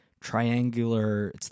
triangular